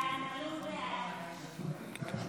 חוק